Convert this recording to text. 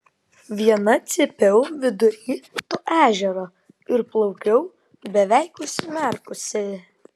viena cypiau vidury to ežero ir plaukiau beveik užsimerkusi